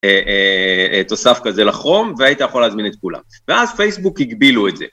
תוסף כזה לכרום והיית יכול להזמין את כולם ואז פייסבוק הגבילו את זה.